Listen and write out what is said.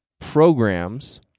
programs